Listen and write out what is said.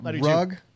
rug